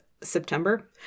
September